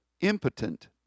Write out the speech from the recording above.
impotent